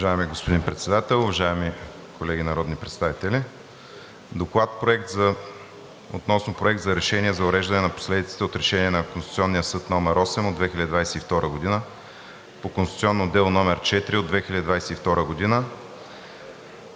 Уважаеми господин Председател, уважаеми колеги народни представители! „ДОКЛАД относно Проект на решение за уреждане на последиците от Решение на Конституционния съд № 8 от 2022 г. по конституционно дело № 4 от 2022 г.,